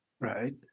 Right